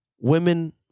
Women